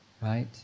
right